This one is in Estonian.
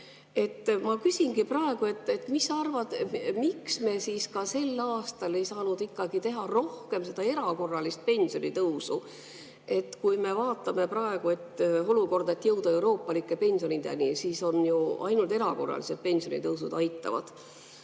Ma küsingi praegu: mis sa arvad, miks me siis sel aastal ei saanud teha ikkagi rohkem seda erakorralist pensionitõusu? Kui me vaatame praegu, kuidas jõuda euroopalike pensionideni, siis ju ainult erakorralised pensionitõusud aitavad.